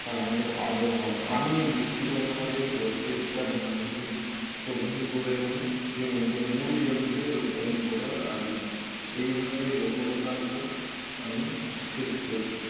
তাহলে আরও ভালো আমি ব্যক্তিগতভাবে প্রত্যেকটা ধানকে শোধন করে নিই জমিতে মূল জমিতে রোপণ করার আগে এইভাবে রোপণ কার্য আমি শেষ করি